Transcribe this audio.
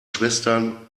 schwestern